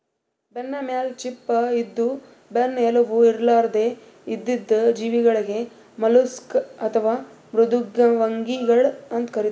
ಬೆನ್ನಮೇಲ್ ಚಿಪ್ಪ ಇದ್ದು ಬೆನ್ನ್ ಎಲುಬು ಇರ್ಲಾರ್ದ್ ಇದ್ದಿದ್ ಜೀವಿಗಳಿಗ್ ಮಲುಸ್ಕ್ ಅಥವಾ ಮೃದ್ವಂಗಿಗಳ್ ಅಂತ್ ಕರಿತಾರ್